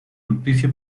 noticia